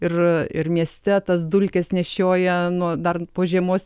ir ir mieste tas dulkes nešioja nuo dar po žiemos